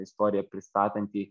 istoriją pristatantį